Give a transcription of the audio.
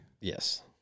Yes